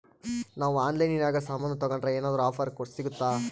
ನಾವು ಆನ್ಲೈನಿನಾಗ ಸಾಮಾನು ತಗಂಡ್ರ ಏನಾದ್ರೂ ಆಫರ್ ಸಿಗುತ್ತಾ?